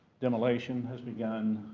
demolition has begun.